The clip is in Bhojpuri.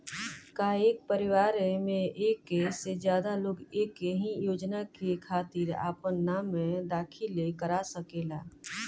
का एक परिवार में एक से ज्यादा लोग एक ही योजना के खातिर आपन नाम दाखिल करा सकेला?